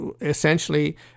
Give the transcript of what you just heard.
essentially